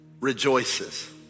rejoices